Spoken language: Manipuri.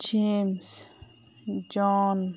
James zone